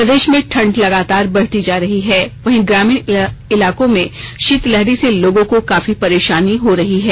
प्रदेश में ठंड लगातार बढ़ती जा रही है वहीं ग्रामीण इलाकों में शीतलहरी से लोगों को काफी परेशानी हो रही है